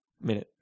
Minute